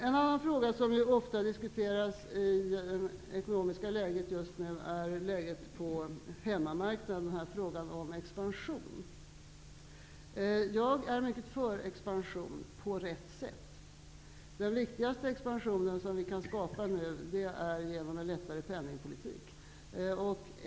En annan fråga som ofta diskuteras i den nuvarande ekonomiska situationen är läget på hemmamarknaden, frågan om expansion. Jag är mycket för expansion på rätt sätt. Den viktigaste expansionen som vi kan skapa nu är genom en lättare penningpolitik.